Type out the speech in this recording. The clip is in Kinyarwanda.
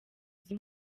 izi